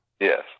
Yes